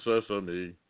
sesame